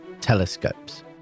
telescopes